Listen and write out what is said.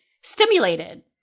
stimulated